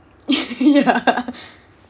ya